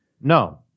No